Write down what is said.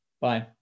Bye